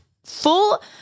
Full